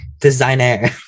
designer